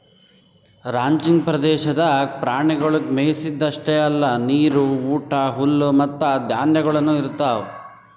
ranching ಪ್ರದೇಶದಾಗ್ ಪ್ರಾಣಿಗೊಳಿಗ್ ಮೆಯಿಸದ್ ಅಷ್ಟೆ ಅಲ್ಲಾ ನೀರು, ಊಟ, ಹುಲ್ಲು ಮತ್ತ ಧಾನ್ಯಗೊಳನು ಇರ್ತಾವ್